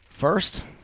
first